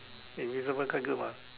invisible quite good mah